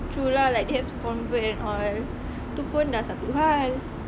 true lah like they have to convert and all tu pun dah satu hal